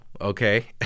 okay